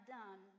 done